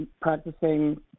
practicing